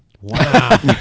Wow